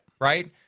right